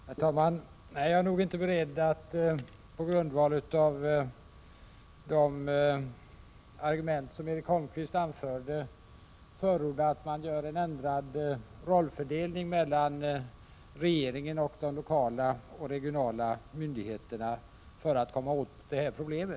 Herr talman! Nej, jag är nog inte beredd att på grundval av de argument som Erik Holmkvist anförde förorda en ändrad rollfördelning mellan regeringen och de lokala och regionala myndigheterna för att komma åt detta problem.